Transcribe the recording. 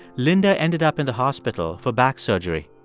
linda ended up in the hospital for back surgery.